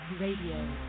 Radio